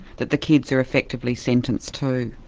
that the kids are effectively sentenced too.